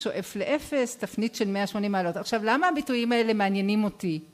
שואף לאפס תפנית של מאה שמונים מעלות עכשיו למה הביטויים האלה מעניינים אותי